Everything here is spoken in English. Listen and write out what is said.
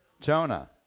Jonah